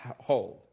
hold